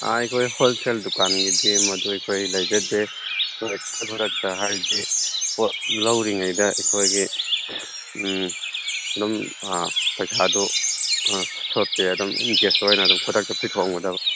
ꯑꯥ ꯑꯩꯈꯣꯏ ꯍꯣꯜꯁꯦꯜ ꯗꯨꯀꯥꯟꯒꯤꯗꯤ ꯃꯗꯨ ꯑꯩꯈꯣꯏ ꯂꯩꯖꯗꯦ ꯑꯩꯈꯣꯏ ꯈꯨꯗꯛ ꯈꯨꯗꯛꯇ ꯍꯥꯏꯗꯤ ꯄꯣꯠ ꯂꯧꯔꯤꯉꯩꯗ ꯑꯩꯈꯣꯏꯒꯤ ꯎꯝ ꯑꯗꯨꯝ ꯑꯥ ꯄꯩꯁꯥꯗꯣ ꯑꯥ ꯁꯣꯠꯇꯦ ꯑꯗꯨꯝ ꯏꯟ ꯀꯦꯁ ꯑꯣꯏꯅ ꯑꯗꯨꯝ ꯈꯨꯗꯛꯇ ꯄꯤꯊꯣꯛꯂꯝꯒꯗꯕ